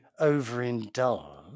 overindulge